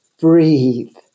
breathe